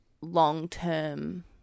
long-term